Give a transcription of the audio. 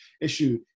issue